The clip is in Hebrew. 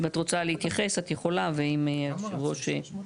אם את רוצה להתייחס את יכולה, ואם יושב הראש,